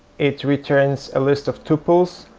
it returns a list of tuples,